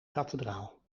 kathedraal